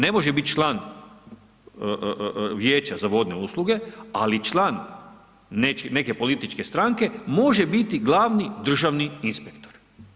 Ne može biti član Vijeća za vodne usluge, ali član neke političke stranke može biti glavni državni inspektor.